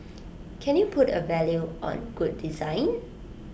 can you put A value on good design